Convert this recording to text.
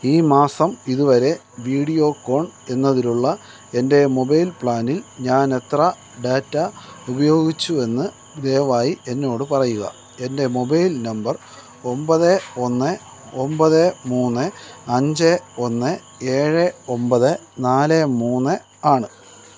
ഈ മാസം ഇതുവരെ വീഡിയോകോൺ എന്നതിലുള്ള എൻ്റെ മൊബൈൽ പ്ലാനിൽ ഞാൻ എത്ര ഡാറ്റ ഉപയോഗിച്ചുവെന്ന് ദയവായി എന്നോട് പറയുക എൻ്റെ മൊബൈൽ നമ്പർ ഒമ്പത് ഒന്ന് ഒമ്പത് മൂന്ന് അഞ്ച് ഒന്ന് ഏഴ് ഒമ്പത് നാല് മൂന്ന് ആണ്